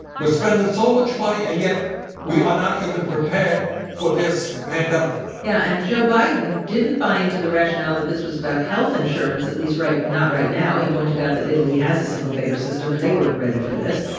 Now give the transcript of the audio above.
we're spending so much money, and yet we are not even prepared for this pandemic yeah, and joe biden didn't buy into the rationale that this was about health insurance at least right not right now. he pointed out that italy has a single-payer system, and they weren't ready for this.